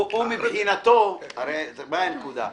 הוא מבחינתו הרי מה הנקודה?